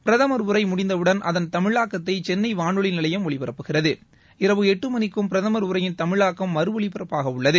பிரதமர் உரை முடிந்தவுடன் அதன் தமிழாக்கத்தை சென்னை வானொலி நிலையம் ஒலிபரப்புகிறது இரவு எட்டு மணிக்கும் பிரதமர் உரையின் தமிழாக்கம் மறு ஒலிபரப்பாகவுள்ளது